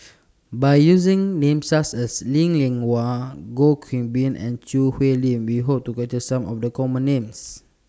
By using Names such as Lee Li Lian Goh Qiu Bin and Choo Hwee Lim We Hope to capture Some of The Common Names